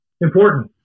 important